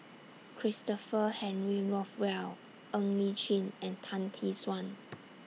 Christopher Henry Rothwell Ng Li Chin and Tan Tee Suan